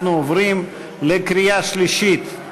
אנחנו עוברים לקריאה שלישית.